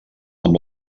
amb